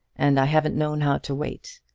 and i haven't known how to wait.